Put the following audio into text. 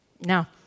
Now